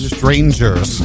Strangers